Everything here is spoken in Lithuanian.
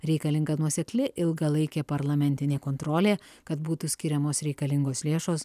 reikalinga nuosekli ilgalaikė parlamentinė kontrolė kad būtų skiriamos reikalingos lėšos